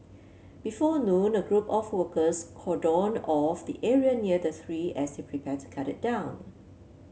before noon a group of workers cordoned off the area near the tree as they prepared to cut it down